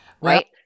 Right